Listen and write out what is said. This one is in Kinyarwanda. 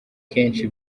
kenshi